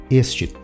este